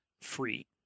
free